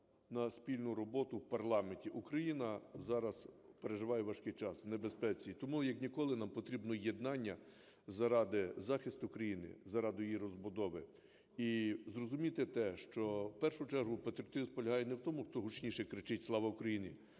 на спільну роботу в парламенті. Україна зараз переживає важкий час, у небезпеці. І тому як ніколи нам потрібно єднання заради захисту країни, заради її розбудови. І зрозумійте те, що в першу чергу патріотизм полягає не в тому, хто гучніше кричить "Слава Україні!",